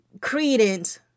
credence